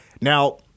Now